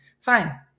Fine